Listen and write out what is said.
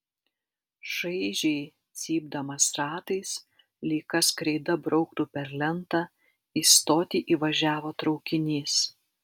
šaižiai cypdamas ratais lyg kas kreida brauktų per lentą į stotį įvažiavo traukinys